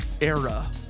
era